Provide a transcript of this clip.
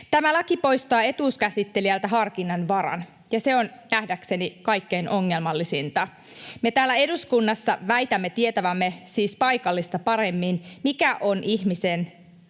Tämä laki poistaa etuuskäsittelijältä harkinnan varan, ja se on nähdäkseni kaikkein ongelmallisinta. Me täällä eduskunnassa väitämme tietävämme, siis paikallista paremmin, mikä on ihmisen